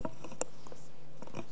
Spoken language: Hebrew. אדוני היושב-ראש,